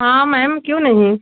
हाँ मैम क्यों नहीं